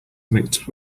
mixed